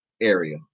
area